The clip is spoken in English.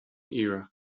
era